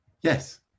yes